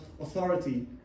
authority